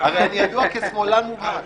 אני הרי ידוע כשמאלן מובהק...